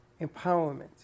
empowerment